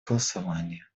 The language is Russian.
голосования